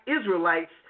Israelites